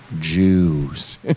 Jews